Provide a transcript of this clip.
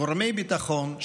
גורמי ביטחון,